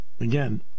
Again